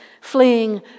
fleeing